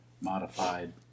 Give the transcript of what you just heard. modified